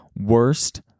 Worst